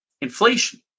Inflation